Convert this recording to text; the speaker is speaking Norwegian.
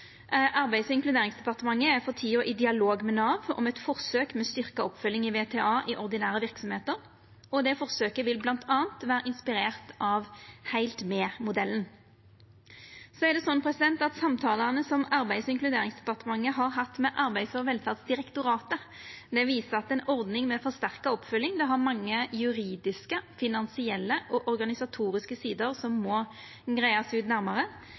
Arbeids- og inkluderingsdepartementet er for tida i dialog med Nav om eit forsøk med styrkt oppfølging i VTA i ordinære verksemder, og forsøket vil bl.a. vera inspirert av Helt Med-modellen. Samtalane Abeids- og inkluderingsdepartementet har hatt med Arbeids- og velferdsdirektoratet, viser at ei ordning med forsterka oppfølging har mange juridiske, finansielle og organisatoriske sider som må greiast ut